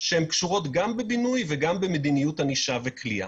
והן קשורות גם בבינוי וגם במדיניות ענישה וכליאה.